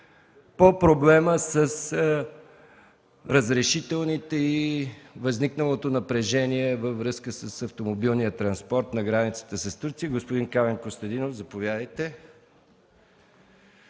по проблема с разрешителните и възникналото напрежение във връзка с автомобилния транспорт на границата с Турция. Господин Камен Костадинов. Заповядайте.